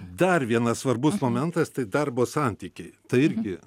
dar vienas svarbus momentas tai darbo santykiai tai irgi